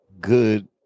good